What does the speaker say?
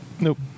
Nope